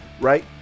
Right